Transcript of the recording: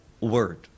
word